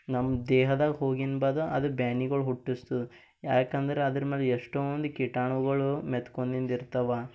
ನಮ್ಮ ದೇಹದಾಗೆ ಹೋಗಿನ ಬಾದು ಅದು ಬ್ಯಾನಿಗಳು ಹುಟ್ಟಿಸ್ತದ ಯಾಕಂದ್ರೆ ಅದ್ರ್ಮೇಲೆ ಎಷ್ಟೊಂದು ಕೀಟಾಣುಗಳು ಮೆತ್ಕೊಂಡಿಂದಿರ್ತವ